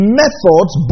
methods